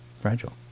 Fragile